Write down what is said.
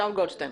שאול גולדשטיין.